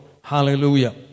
Hallelujah